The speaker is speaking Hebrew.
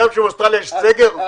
שבאוסטרליה יש סגר?